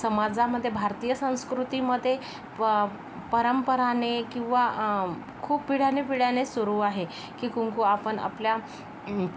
समाजामध्ये भारतीय संस्कृतीमध्ये प परंपराने किंवा खूप पिढ्यान पिढ्याने सुरु आहे की कुंकू आपण आपल्या